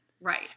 Right